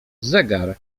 zegar